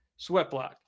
Sweatblock